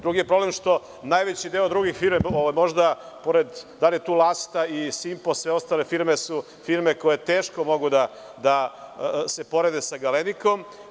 Drugi je problem što najveći deo drugih firmi, da li je tu „Lasta“ i „Simpo“, sve ostale firme su firme koje teško mogu da se porede sa „Galenikom“